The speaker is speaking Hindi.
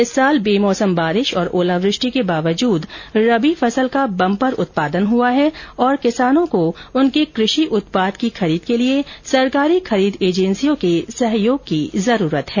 इस वर्ष बेमौसम बारिश और ओलावृष्टि के बावजूद रबी फसल का बंपर उत्पादन हुआ है और किसानों को उनके कृषि उत्पाद की खरीद के लिए सरकारी खरीद एजेंसियों के सहयोग की जरूरत है